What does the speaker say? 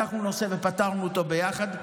לקחנו נושא ופתרנו אותו ביחד.